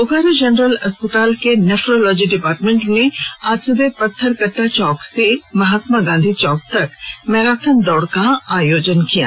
Bokaro general अस्पताल के nephrology department ने आज सुबह पत्थर कट्टा चौक से महात्मा गांधी चौक तक मैराथन दौड़ का आयोजन किया गया